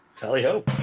Tally-ho